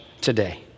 today